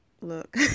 Look